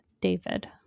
david